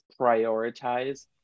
prioritize